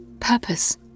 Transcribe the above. purpose